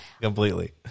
completely